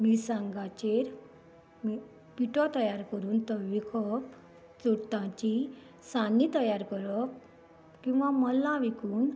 मिरसांगाचेर पिठो तयार करून तो विकप ताची सान्नी तयार करप किंवा मल्ला विकून